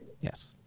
Yes